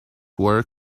work